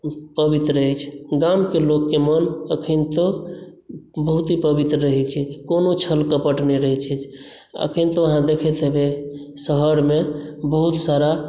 पवित्र अछि गामके लोकके मन अखनितो बहुते पवित्र रहैत छथि कोनो छल कपट नहि रहैत छथि अखनितो अहाँ देखैत हेबै शहरमे बहुत सारा